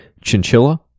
chinchilla